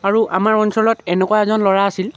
আৰু আমাৰ অঞ্চলত এনেকুৱা এজন ল'ৰা আছিল